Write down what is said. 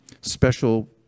special